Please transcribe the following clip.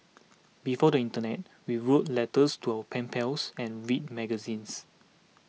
before the internet we wrote letters to our pen pals and read magazines